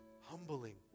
Humbling